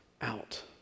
out